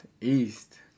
East